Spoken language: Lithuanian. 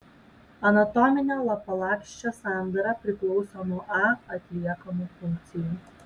anatominė lapalakščio sandara priklauso nuo a atliekamų funkcijų